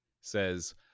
says